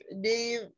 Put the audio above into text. Dave